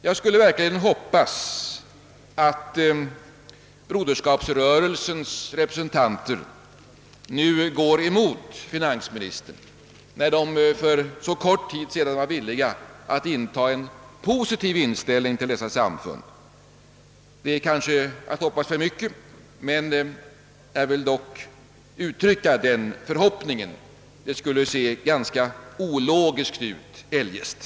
Jag hoppas verkligen att broderskapsrörelsens representanter nu går emot finansministern, eftersom de för så kort tid sedan hade en positiv inställning till frikyrkosamfunden i detta sammanhang. Det är kanske att begära för mycket, men jag vill ändå uttrycka den förhoppningen, Det skulle se ganska ologiskt ut eljest.